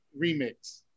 remix